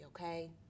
okay